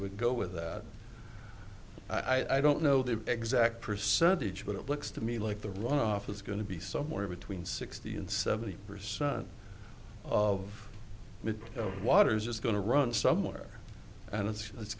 would go with that i don't know the exact percentage but it looks to me like the runoff is going to be somewhere between sixty and seventy percent of the water is just going to run somewhere and it's it's